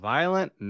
Violent